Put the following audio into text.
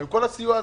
עם כל הסיוע הזה.